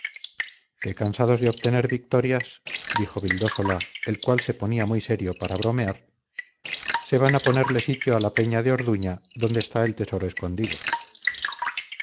que cansados de obtener victorias dijo vildósola el cual se ponía muy serio para bromear se van a ponerle sitio a la peña de orduña donde está el tesoro escondido